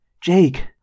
Jake